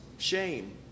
Shame